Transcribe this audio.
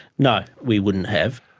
no, we wouldn't have.